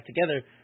together